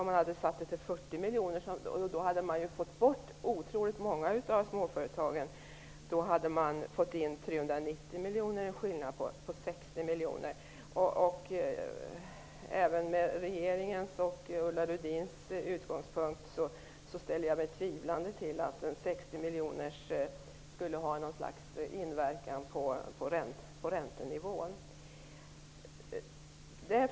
Om man hade satt gränsen till 40 miljoner - och då hade man ju fått bort otroligt många av småföretagen - hade man fått in 390 miljoner, en skillnad på 60 miljoner. Även med regeringens och Ulla Rudins utgångspunkt ställer jag mig tvivlande till att 60 miljoner skulle ha någon slags inverkan på räntenivån.